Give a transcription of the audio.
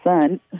son